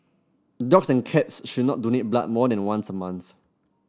dogs and cats should not donate blood more than once a month